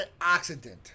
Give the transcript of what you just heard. antioxidant